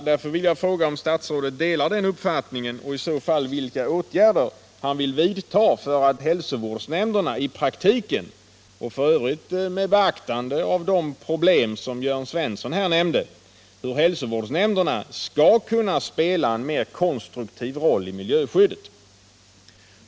Därför vill jag fråga: — Nr 7 Delar statsrådet den uppfattningen, och vilka åtgärder vill han i så fall Torsdagen den vidta för att hälsovårdsnämnderna i praktiken — och f. ö. med beaktande 13 oktober 1977 av de problem som Jörn Svensson här nämnde — skall kunna spela I en mer konstruktiv roll i miljöskyddsarbetet?